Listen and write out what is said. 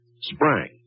sprang